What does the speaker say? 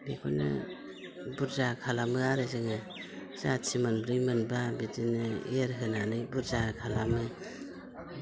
बेखौनो बुर्जा खालामो आरो जोङो जाति मोनब्रै मोनबा बिदिनो एरहोनानै बुर्जा खालामो